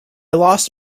lost